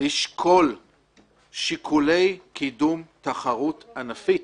לשקול שיקולי קידום תחרות ענפית,